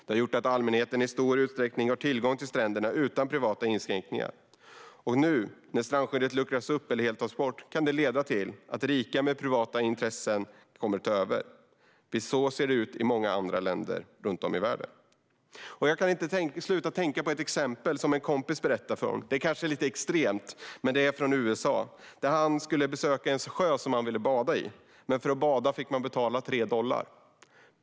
Det har gjort att allmänheten i stor utsträckning har tillgång till stränderna utan privata inskränkningar. Nu när strandskyddet luckras upp eller helt tas bort kan det leda till att rika med privata intressen kommer att ta över. Så ser det ut i många andra länder runt om i världen. Jag kan inte sluta att tänka på ett exempel som en kompis berättade för mig. Det är kanske lite extremt, men exemplet är från USA. Min kompis skulle besöka en sjö som han ville bada i, men för att bada fick man betala 3 dollar.